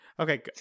Okay